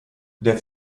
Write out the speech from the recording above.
der